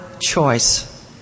choice